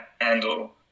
handle